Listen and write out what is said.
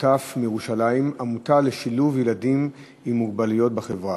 "שותף לירושלים" עמותה לשילוב ילדים עם מוגבלויות בחברה.